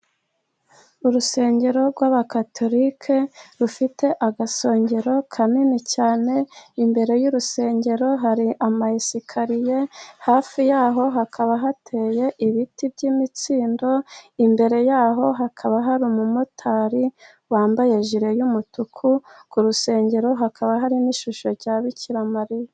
Urusengero rw'abakatolike rufite agasongero kanini cyane, imbere y'urusengero hari amayesikariye, hafi yaho hakaba hateye ibiti by'imikindo, imbere yaho hakaba hari umumotari wambaye jile y'umutuku. Ku rusengero hakaba hari n'ishusho ya Bikiramariya.